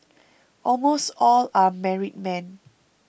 almost all are married men